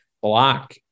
Block